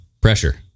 Pressure